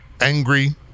angry